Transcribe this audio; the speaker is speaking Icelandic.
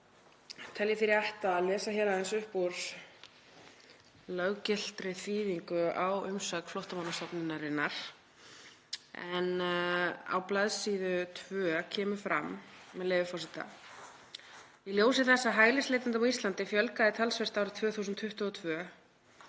Tel ég því rétt að lesa hér aðeins upp úr löggiltri þýðingu á umsögn Flóttamannastofnunarinnar. Á bls. 2 kemur fram, með leyfi forseta: „Í ljósi þess að hælisleitendum á Íslandi fjölgaði talsvert árið 2022